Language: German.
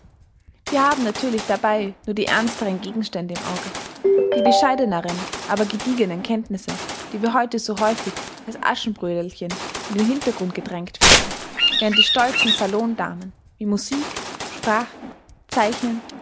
wir haben natürlich dabei nur die ernsteren gegenstände im auge die bescheideneren aber gediegenen kenntnisse die wir heute so häufig als aschenbrödelchen in den hintergrund gedrängt finden während die stolzen salondamen wie musik sprachen zeichnen